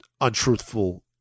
untruthful